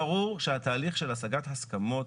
ברור שהתהליך של השגת הסכמות